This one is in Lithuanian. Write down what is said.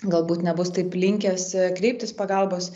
galbūt nebus taip linkęs kreiptis pagalbos